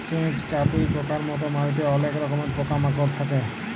কেঁচ, কাটুই পকার মত মাটিতে অলেক রকমের পকা মাকড় থাক্যে